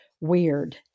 weird